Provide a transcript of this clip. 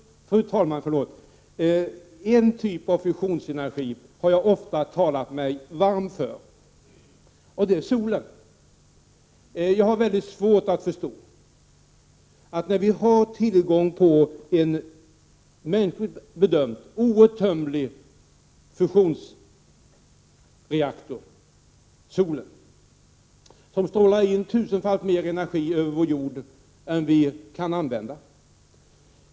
Det är en typ av fusionsenergi jag ofta talat mig varm för. Det är solen. Vi har tillgång till en mänskligt bedömd outtömlig fusionsreaktor: solen. Den strålar tusenfalt mer energi över vår jord än vad vi kan använda.